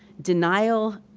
denial,